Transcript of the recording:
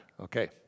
okay